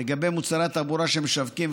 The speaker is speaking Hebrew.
לגבי מוצרי התעבורה שהם משווקים,